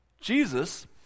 Jesus